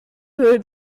für